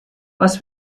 was